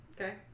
Okay